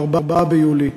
4 ביולי,